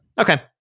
okay